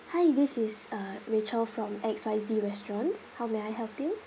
hi this is uh rachel from X Y Z restaurant how may I help you